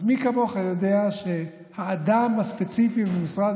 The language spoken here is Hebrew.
אז מי כמוך יודע שהאדם הספציפי במשרד